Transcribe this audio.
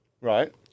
Right